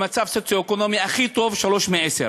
המצב סוציו-אקונומי הכי טוב הוא 3 מ-10.